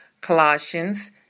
Colossians